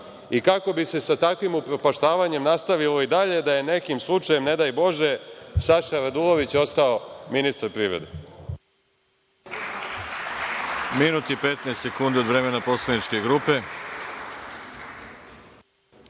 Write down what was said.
i kako bi se sa takvim upropaštavanjem nastavilo i dalje da je nekim slučajem, ne daj Bože, Saša Radulović ostao ministar privrede.